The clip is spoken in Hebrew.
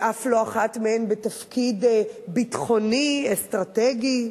ואף לא אחת מהן בתפקיד ביטחוני, אסטרטגי.